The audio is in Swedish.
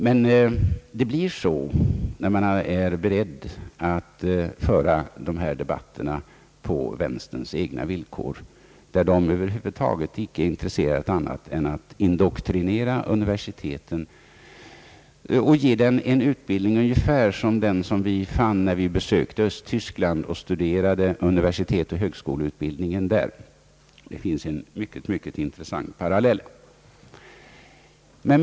Men det blir så, när man är beredd att diskutera på deras villkor som icke är intresserade av annat än att indoktrinera de studerande och ge dem en utbildning ungefär sådan som den vi fann när vi besökte Östtyskland och studerade universitetsoch högskoleutbildningen där. Parallellen är mycket intressant.